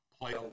play